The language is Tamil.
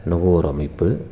நுக ஒரு அமைப்பு